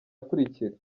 akurikira